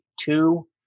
two